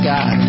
God